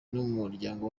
numuryango